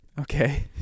Okay